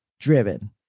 driven